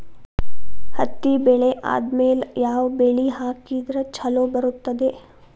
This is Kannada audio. ಹತ್ತಿ ಬೆಳೆ ಆದ್ಮೇಲ ಯಾವ ಬೆಳಿ ಹಾಕಿದ್ರ ಛಲೋ ಬರುತ್ತದೆ?